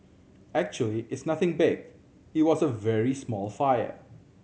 actually it's nothing big it was a very small fire